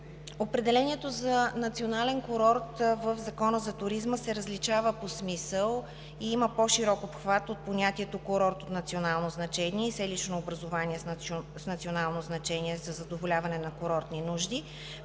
Определението за национален курорт в Закона за туризма се различава по смисъл и има по-широк обхват от понятието курорт от национално значение и селищно образувание с национално значение за задоволяване на курортни нужди,